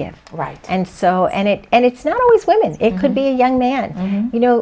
e right and so and it and it's not always women it could be a young man you know